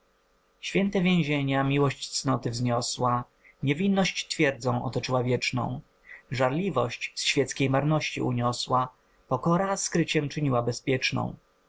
święte więzienia miłość cnoty wzniosła niewinność twierdzą otoczyła wieczną żarliwość z świeckiej marności uniosła pokora skryciem czyniła bezpieczną